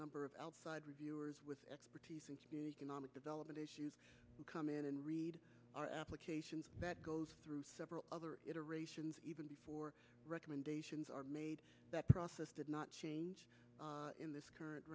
number of outside reviewers with expertise in development issues come in and read our application that goes through several other iterations even before recommendations are made that process did not change in this current